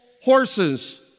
horses